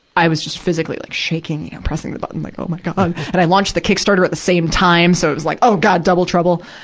i was just physically, like, shaking, you know, pressing the button, like, oh my god! and i launched the kickstarter at the same time, so it was, like oh god, double trouble.